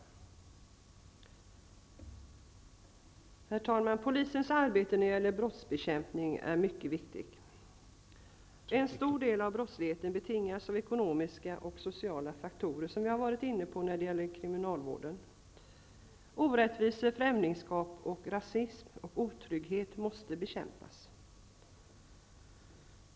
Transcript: Herr talman! Polisens arbete när det gäller brottsbekämpning är mycket viktigt. En stor del av brottsligheten betingas av ekonomiska och sociala faktorer, som vi har varit inne på när det gäller kriminalvården. Orättvisor, främlingskap, rasism och otrygghet måste bekämpas.